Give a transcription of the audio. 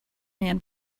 man